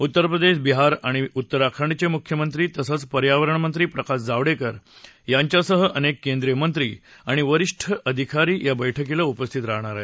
उत्तरप्रदेश बिहार आणि उत्तराखंडचे मुख्यमंत्री तसंच पर्यावरणमंत्री प्रकाश जावडेकर यांच्यासह अनेक केंद्रीय मंत्री आणि वरिष्ठ अधिकारी या बैठकीला उपस्थित राहणार आहेत